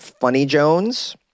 funnyjones